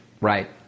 Right